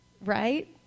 right